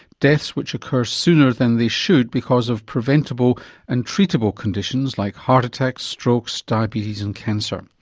deaths which occur sooner than they should because of preventable and treatable conditions like heart attacks, strokes, diabetes and cancer.